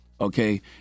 okay